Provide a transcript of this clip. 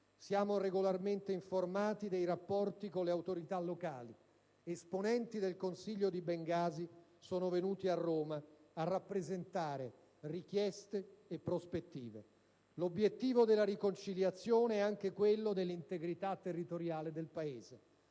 siamo regolarmente informati dei rapporti con le autorità locali; esponenti del Consiglio di Bengasi sono venuti a Roma a rappresentare richieste e prospettive: l'obiettivo della riconciliazione e anche quello dell'integrità territoriale del Paese.